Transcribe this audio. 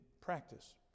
practice